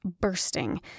bursting